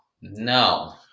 No